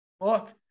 Look